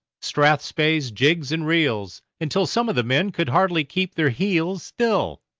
strathspeys, jigs, and reels, until some of the men could hardly keep their heels still,